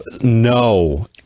No